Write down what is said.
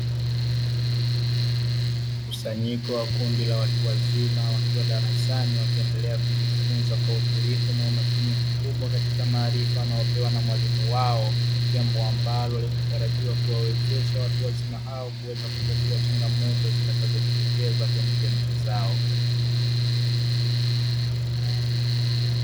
Mkusanyiko wa kundi la watu wazima wakiwa darasani wakiendelea kujifunza kwa utulivu na umakini mkubwa katika maarifa wanayopewa na mwalimu wao, jambo ambalo litawawezasha watu wazima hao kuweza kutatua changamoto zitakazojitokeza kwenye jamii zao.